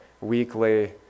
weekly